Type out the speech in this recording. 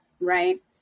right